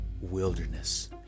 wilderness